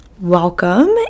welcome